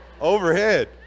overhead